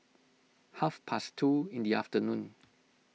half past two in the afternoon